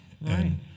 Right